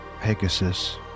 Pegasus